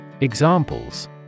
Examples